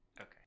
Okay